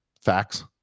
facts